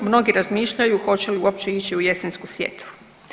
Mnogi razmišljaju hoće li uopće ići u jesensku sjetvu.